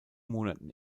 monaten